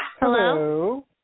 Hello